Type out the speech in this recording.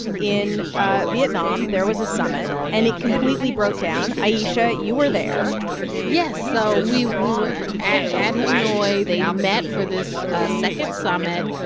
in ah vietnam, there was a summit, and it completely broke down. ayesha, you were there yes. so we we were at at hanoi. they met for this ah second summit.